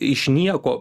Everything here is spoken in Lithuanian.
iš nieko